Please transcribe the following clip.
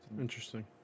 Interesting